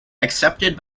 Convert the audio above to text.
accepted